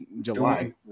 july